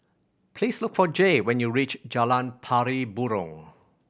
please look for Jay when you reach Jalan Pari Burong